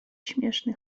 śmieszny